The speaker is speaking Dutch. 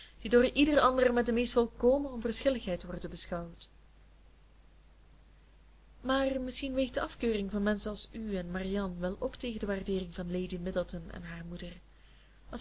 die door ieder ander met de meest volkomen onverschilligheid worden beschouwd maar misschien weegt de afkeuring van menschen als u en marianne wel op tegen de waardeering van lady middleton en haar moeder